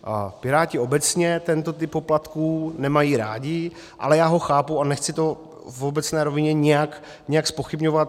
Piráti obecně tento typ poplatků nemají rádi, ale já ho chápu a nechci to v obecné rovině nějak zpochybňovat.